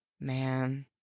man